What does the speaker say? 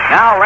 Now